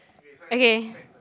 okay